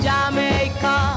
Jamaica